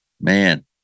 Man